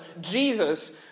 Jesus